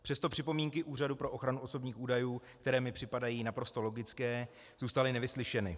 Přesto připomínky Úřadu pro ochranu osobních údajů, které mi připadají naprosto logické, zůstaly nevyslyšeny.